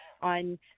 on